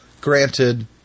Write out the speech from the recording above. Granted